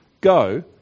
go